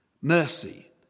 Mercy